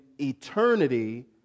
eternity